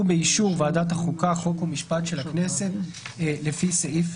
ובאישור ועדת החוקה חוק ומשפט של הכנסת לפי סעיף